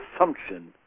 assumption